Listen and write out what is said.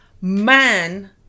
Man